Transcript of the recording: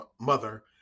mother